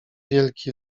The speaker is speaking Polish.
wielki